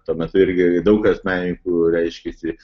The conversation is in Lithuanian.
tuo metu irgi daug kas menininkų reiškėsi